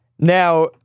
Now